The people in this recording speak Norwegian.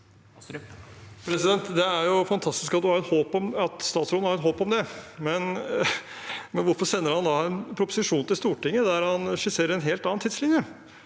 Det er fantastisk at statsråden har et håp om det, men hvorfor sender han da en proposisjon til Stortinget der han skisserer en helt annen tidslinje?